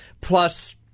Plus